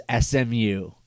SMU